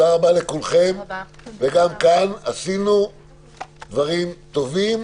תודה רבה לכולכם, וגם כאן עשינו דברים טובים.